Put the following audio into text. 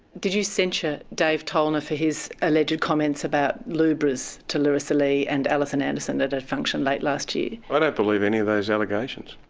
did you censure dave tollner for his alleged comments about lubras to larisa lee and alison anderson at a function late last year? i don't believe any of those allegations.